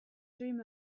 dream